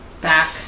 back